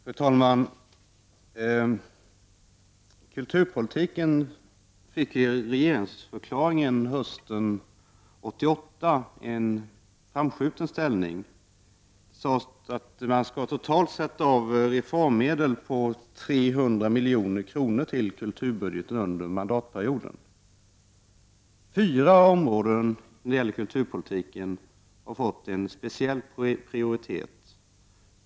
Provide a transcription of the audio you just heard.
Fru talman! Kulturpolitiken fick i regeringsförklaringen hösten 1988 en framskjuten ställning. Totalt skulle reformmedel på 300 milj.kr. tillföras kulturbudgeten under mandatperioden. Fyra områden inom kulturpolitiken har fått en speciell prioritet.